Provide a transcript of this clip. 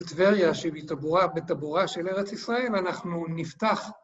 טבריה שבטבורה של ארץ ישראל, אנחנו נפתח.